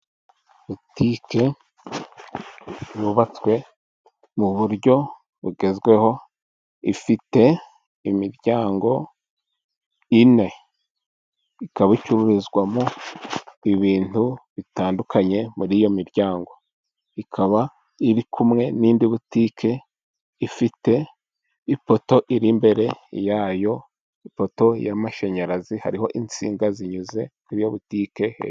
Butike yubatswe mu buryo bugezweho, ifite imiryango ine. Ikaba icururizwamo ibintu bitandukanye muri iyo miryango. Ikaba iri kumwe n'indi butike ifite ipoto iri imbere yayo, ipoto y'amashanyarazi hariho insinga zinyuze kuri iyo butike hejuru.